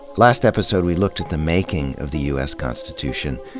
last episode we looked at the making of the u s. constitution,